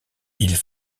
ils